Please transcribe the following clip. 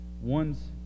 one's